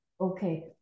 Okay